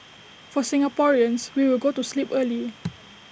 for Singaporeans we will go to sleep early